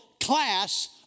class